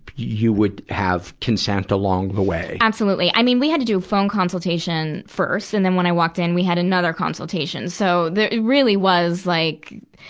you would have consent along the way. absolutely. i mean, we had to do phone consultation first. and when i walked in, we had another consultation. so, there, it really was like,